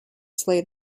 slay